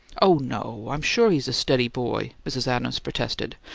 oh, no i'm sure he's a steady boy, mrs. adams protested,